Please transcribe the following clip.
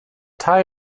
thai